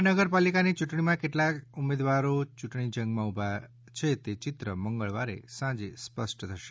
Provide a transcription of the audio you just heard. મહાનગરપાલિકાની ચૂંટણીમાં કેટલા ઉમેદવારો ચૂંટણી જંગમાં ઉભા છે તે ચિત્ર મંગળવારે સાંજે સ્પષ્ટ થશે